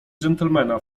gentlemana